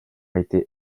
été